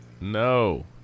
No